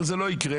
אבל זה לא יקרה,